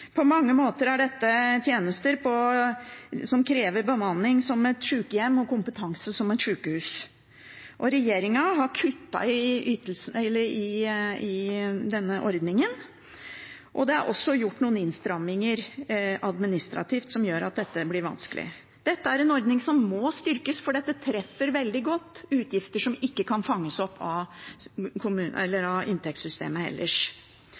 På mange måter er dette tjenester som krever bemanning som et sykehjem og kompetanse som et sykehus. Regjeringen har kuttet i denne ordningen, og det er også gjort noen innstramminger administrativt som gjør at dette blir vanskelig. Dette er en ordning som må styrkes, for dette treffer veldig godt utgifter som ikke kan fanges opp av inntektssystemet ellers.